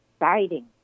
exciting